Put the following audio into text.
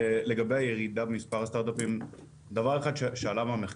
דבר אחד שעלה במחקר הוא שראינו שהירידה היא לא רק